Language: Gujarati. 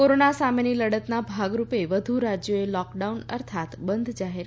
કોરોના સામેની લડતના ભાગરૂપે વધુ રાજ્યોએ લોકડાઉન અર્થાત બંધ જાહેર